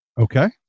Okay